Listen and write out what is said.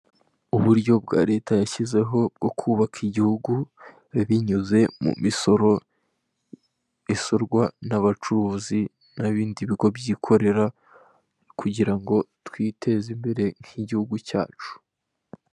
Uburyo bwa leta yashyizeho bwo kubaka igihugu binyuze mu misoro, isorwa n'abacuruzi n'ibindi bigo byikorera, kugira ngo twiteze imbere nk'igihugu cyacu.